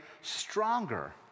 stronger